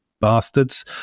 bastards